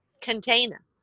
container